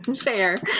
Fair